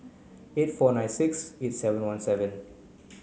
eight four nine six eight seven one seven